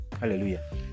Hallelujah